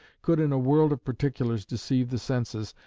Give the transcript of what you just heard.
could in a world of particulars deceive the senses,